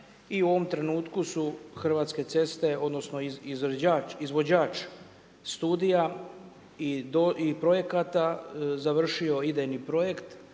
i u ovom trenutku su Hrvatske ceste odnosno izvođač studija i projekata završio idejni projekt,